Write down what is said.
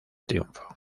triunfo